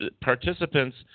Participants